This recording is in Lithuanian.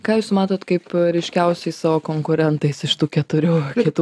ką jūs matot kaip ryškiausiais savo konkurentais iš tų keturių kitų